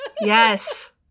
Yes